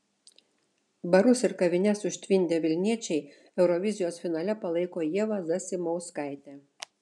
barus ir kavines užtvindę vilniečiai eurovizijos finale palaiko ievą zasimauskaitę